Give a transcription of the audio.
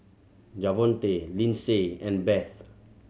Javonte Lyndsey and Beth